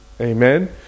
Amen